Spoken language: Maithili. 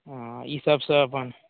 हँ ईसभसँ अपन